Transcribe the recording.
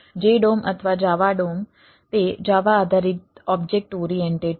JDOM અથવા Java DOM તે Java આધારિત ઓબ્જેક્ટ ઓરિએન્ટેડ છે